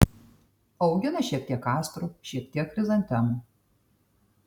augina šiek tiek astrų šiek tiek chrizantemų